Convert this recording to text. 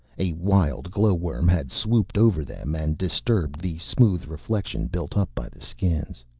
a wild glowworm had swooped over them and disturbed the smooth reflection built up by the skins.